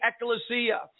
ecclesia